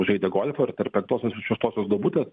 žaidė golfą ir tarp penktosios ir šeštosios duobutės